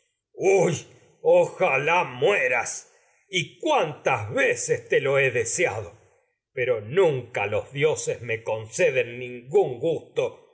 ojalá y cuántas me te lo he deseado pei o nunca dioses conceden ningún gusto